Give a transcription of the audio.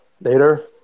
later